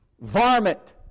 Varmint